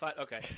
Okay